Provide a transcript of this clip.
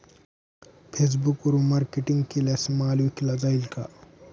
फेसबुकवरुन मार्केटिंग केल्यास माल विकला जाईल का?